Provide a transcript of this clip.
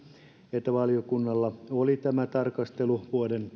että valiokunnalla oli tämä tarkastelu vuoden